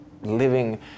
living